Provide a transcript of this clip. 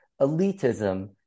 elitism